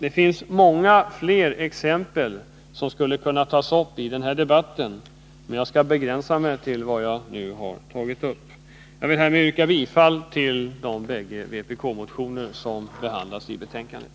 Det finns många fler exempel som skulle kunna tas upp i den här debatten, men jag skall begränsa mig till vad jag nu har anfört. Jag vill med detta yrka bifall till de vpk-motioner som behandlas i betänkandet.